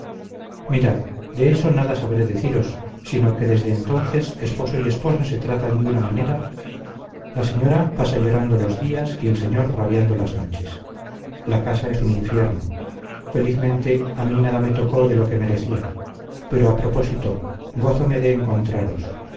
mirad de eso nada sabré deciros sino que desde entonces esposo y esposa se tratan de una manera la señora pasa llorando los días y el señor rabiando las noches la casa es un infierno felizmente a mí nada me tocó de lo que merecía pero a propósito gózome de encontraros